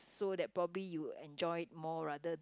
so that probably you will enjoy it more rather than